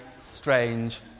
strange